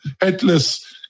Headless